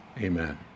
amen